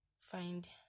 Find